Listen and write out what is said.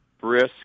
brisk